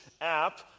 app